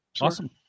Awesome